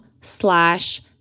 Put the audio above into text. slash